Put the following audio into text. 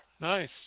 nice